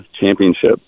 championship